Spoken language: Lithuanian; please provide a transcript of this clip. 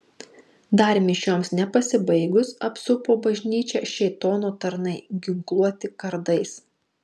dar mišioms nepasibaigus apsupo bažnyčią šėtono tarnai ginkluoti kardais